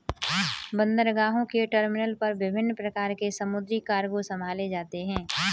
बंदरगाहों के टर्मिनल पर विभिन्न प्रकार के समुद्री कार्गो संभाले जाते हैं